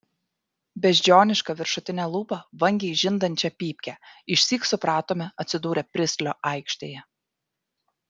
beždžioniška viršutine lūpa vangiai žindančią pypkę išsyk supratome atsidūrę pristlio aikštėje